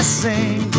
sing